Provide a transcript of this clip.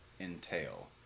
entail